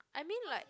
I mean like